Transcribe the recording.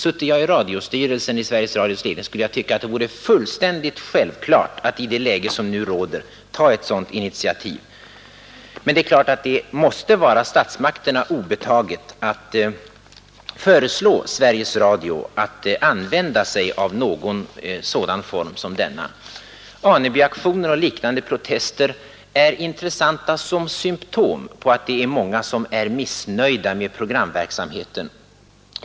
Sutte jag i radiostyrelsen skulle jag tycka att det vore fullständigt självklart att i det läge som nu råder ta ett sådant initiativ. Men det måste naturligtvis vara statsmakterna obetaget att föreslå Sveriges Radio att använda sig av någon sådan form. Anebyaktionen och liknande protester är intressanta som symtom på att många är missnöjda med programverksamheten.